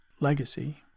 legacy